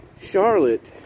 charlotte